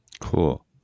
Cool